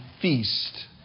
feast